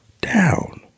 down